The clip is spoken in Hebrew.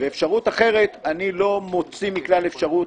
ואפשרות אחרת אני לא מוציא מכלל אפשרות,